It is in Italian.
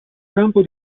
campo